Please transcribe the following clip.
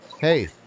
hey